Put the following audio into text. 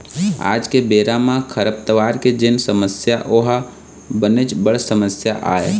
आज के बेरा म खरपतवार के जेन समस्या ओहा बनेच बड़ समस्या आय